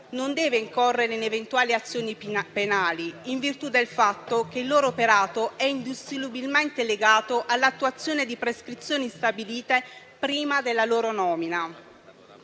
non deve incorrere in eventuali azioni penali, in virtù del fatto che il loro operato è indissolubilmente legato all'attuazione di prescrizioni stabilite prima della loro nomina.